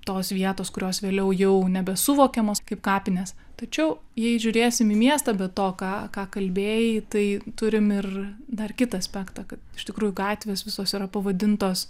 tos vietos kurios vėliau jau nebesuvokiamos kaip kapinės tačiau jei žiūrėsim į miestą be to ką ką kalbėjai tai turim ir dar kitą aspektą kad iš tikrųjų gatvės visos yra pavadintos